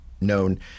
known